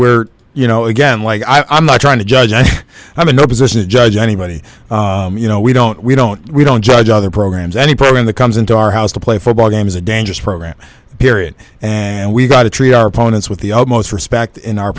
we're you know again like i'm not trying to judge and i'm in no position to judge anybody you know we don't we don't we don't judge other programs any program the comes into our house to play football game is a dangerous program period and we've got to treat our opponents with the utmost respect in our